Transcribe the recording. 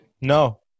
No